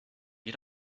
you